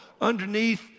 underneath